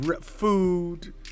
food